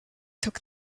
took